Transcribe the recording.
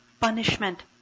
punishment